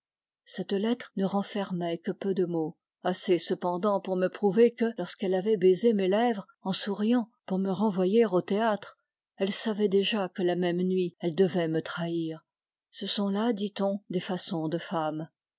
cette lettre ne renfermait que peu de mots assez cependant pour me prouver que lorsqu'elle avait baisé mes lèvres en souriant pour me renvoyer au théâtre elle savait déjà que la même nuit elle devait me trahir ce sont là dit-on des façons de femme